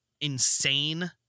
insane